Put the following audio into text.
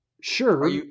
Sure